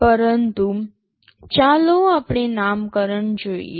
પરંતુ ચાલો આપણે નામકરણ જોઈએ